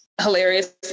hilarious